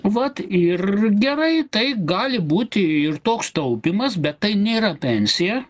vat ir gerai tai gali būti ir toks taupymas bet tai nėra pensija